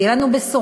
תהיה לנו בשורה,